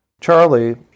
Charlie